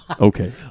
okay